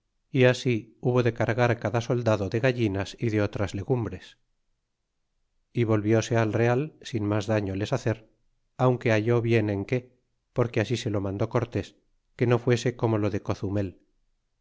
y así hubo de cargar cada soldado de gallinas y de otras legumbres y volvióse al real sin mas daño les hacer aunque halló bien en que porque así se lo mandó cortés que no fuese como lo de cozumel